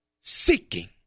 seeking